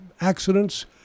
accidents